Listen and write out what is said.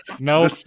No